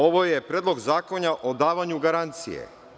Ovo je predlog zakona o davanju garancije.